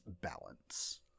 balance